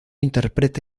interpreta